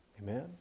Amen